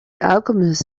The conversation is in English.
alchemist